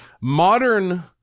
modern